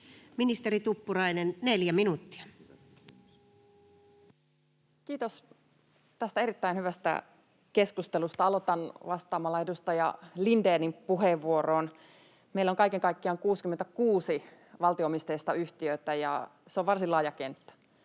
2022 Time: 10:18 Content: Kiitos tästä erittäin hyvästä keskustelusta. Aloitan vastaamalla edustaja Lindénin puheenvuoroon. Meillä on kaiken kaikkiaan 66 valtio-omisteista yhtiötä, ja se on varsin laaja kenttä,